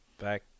back